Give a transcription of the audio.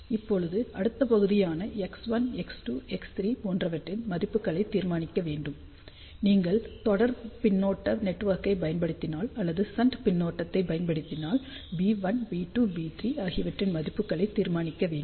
இப்போது அடுத்த பகுதியான X1 X2 X3 போன்றவற்றின் மதிப்புகளை தீர்மானிக்க வேண்டும் நீங்கள் தொடர் பின்னூட்ட நெட்வொர்க்கைப் பயன்படுத்தினால் அல்லது ஷன்ட் பின்னூட்டத்தைப் பயன்படுத்தினால் B1 B2 B3 ஆகியவற்றின் மதிப்புகளைத் தீர்மானிக்க வேண்டும்